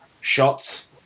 shots